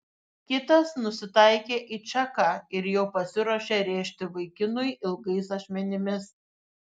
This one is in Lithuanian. kitas nusitaikė į čaką ir jau pasiruošė rėžti vaikinui ilgais ašmenimis